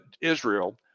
Israel